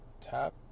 tap